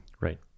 Right